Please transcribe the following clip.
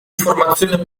formazione